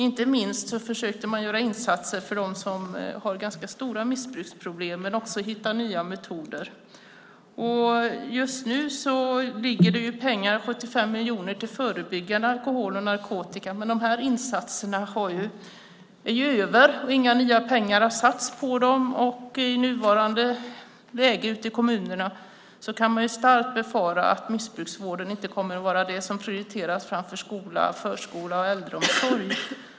Inte minst försökte man göra insatser för dem som har ganska stora missbruksproblem, men det handlade också om att hitta nya metoder. Just nu ligger det 75 miljoner till förebyggande arbete mot alkohol och narkotika, men de här insatserna är över. Inga nya pengar har satsats på dem, och i nuvarande läge ute i kommunerna kan man starkt befara att missbruksvården inte kommer att prioriteras framför skola, förskola och äldreomsorg.